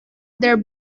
der